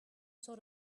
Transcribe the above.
sort